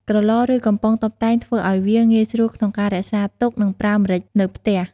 ក្រឡ ឬ កំប៉ុងតុបតែងធ្វើឱ្យវាងាយស្រួលក្នុងការរក្សាទុកនិងប្រើម្រេចនៅផ្ទះ។